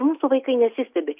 mūsų vaikai nesistebi